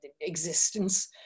existence